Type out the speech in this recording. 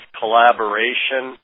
collaboration